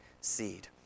seed